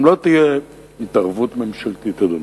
אם לא תהיה התערבות ממשלתית, אדוני,